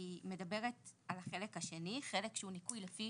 מדברת על החלק השני, חלק שהוא ניכוי לפי